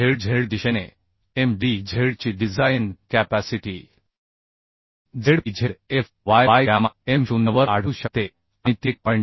zz दिशेने Mdz ची design capacity zpzfy by gamma M 0 वर आढळू शकते आणि ती 1